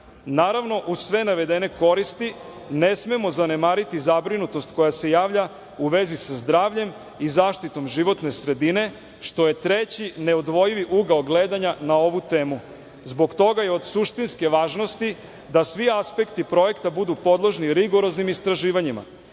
Pastora. Naravno, uz sve navedene koristi, ne smemo zanemariti zabrinutost koja se javlja u vezi sa zdravljem i zaštitom životne sredine, što je treći neodvojivi ugao gledanja na ovu temu. Zbog toga je od suštinske važnosti da svi aspekti projekta budu podložni rigoroznim istraživanjima.